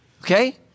Okay